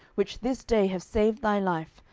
which this day have saved thy life,